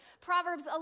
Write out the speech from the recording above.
Proverbs